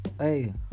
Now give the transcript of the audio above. Hey